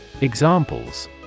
Examples